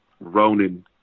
Ronan